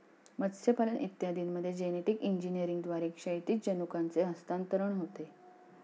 मत्स्यपालन इत्यादींमध्ये जेनेटिक इंजिनिअरिंगद्वारे क्षैतिज जनुकांचे हस्तांतरण होते